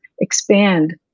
expand